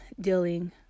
dealing